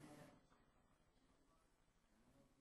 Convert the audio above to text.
הנני מתכבדת